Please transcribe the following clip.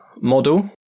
model